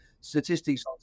statistics